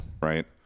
Right